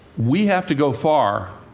we have to go far,